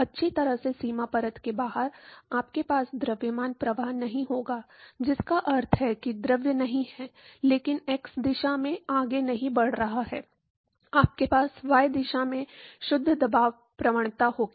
अच्छी तरह से सीमा परत के बाहर आपके पास द्रव्यमान प्रवाह नहीं होगा जिसका अर्थ है कि द्रव नहीं है केवल x दिशा में आगे नहीं बढ़ रहा है आपके पास y दिशा में शुद्ध दबाव प्रवणता होगी